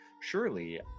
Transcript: Surely